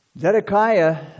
Zedekiah